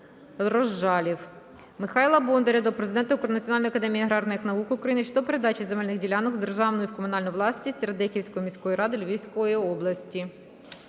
Розжалів. Михайла Бондаря до президента Національної академії аграрних наук України щодо передачі земельних ділянок з державної в комунальну власність Радехівської міської ради Львівської області.